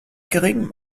geringem